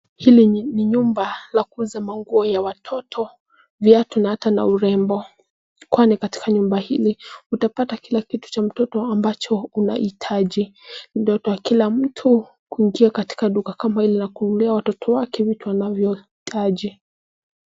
Hili ni nyumba la kuuza manguo ya watoto, viatu na ata na urembo kwani katika nyumba hili utapata kila kitu cha mtoto ambacho unaitaji. Ni ndoto ya kila mtu kuingia katika duka kama hili na kununulia watoto wake vitu anavyoitaji.